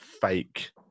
fake